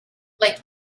like